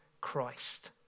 Christ